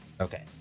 Okay